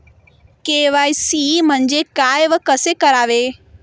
KYC म्हणजे काय व कसे करावे?